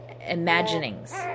imaginings